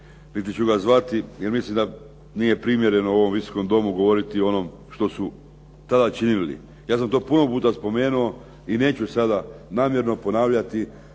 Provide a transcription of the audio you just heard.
niti ću ga zvati jer mislim da nije primjereno u ovom Visokom domu govoriti o onome što su tada činili. Ja sam to puno puta spomenuo i neću sada namjerno ponavljati